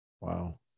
Wow